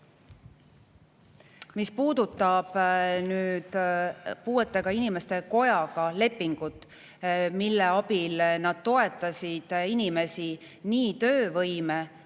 mis puudutab puuetega inimeste kojaga [sõlmitud] lepingut, mille abil nad toetasid inimesi nii töövõime